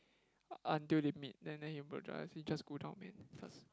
until they meet then then he apologise he just go down man first